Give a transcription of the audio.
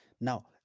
Now